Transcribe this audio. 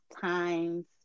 times